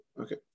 Okay